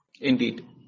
Indeed